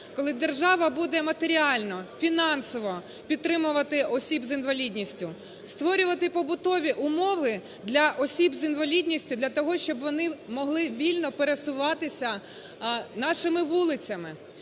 коли держава буде матеріально, фінансово підтримувати осіб з інвалідністю, створювати побутові умови для осіб з інвалідністю для того, щоб вони могли вільно пересуватися нашими вулицями.